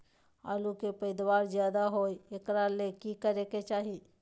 आलु के पैदावार ज्यादा होय एकरा ले की करे के चाही?